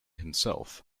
himself